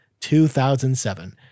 2007